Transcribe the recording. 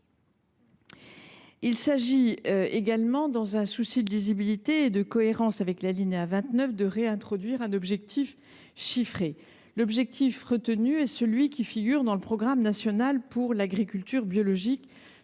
Il s’agit également, dans un souci de visibilité et de cohérence avec l’alinéa 29, de réintroduire un objectif chiffré. L’objectif retenu est celui qui figure dans le programme national pour l’agriculture biologique, dit Ambition Bio